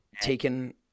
taken